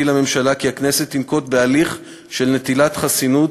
לממשלה כי הכנסת תנקוט הליך של נטילת חסינות,